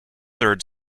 third